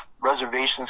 Reservations